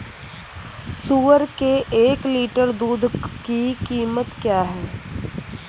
सुअर के एक लीटर दूध की कीमत क्या है?